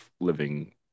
living